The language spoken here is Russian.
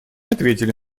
ответили